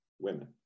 women